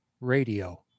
Radio